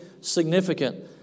significant